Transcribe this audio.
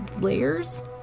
layers